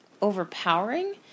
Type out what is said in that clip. overpowering